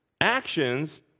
actions